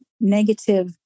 negative